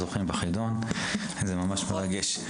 ברכות לזוכים בחידון, זה ממש מרגש.